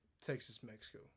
Texas-Mexico